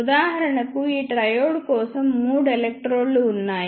ఉదాహరణకు ఈ ట్రయోడ్ కోసం మూడు ఎలక్ట్రోడ్లు ఉన్నాయి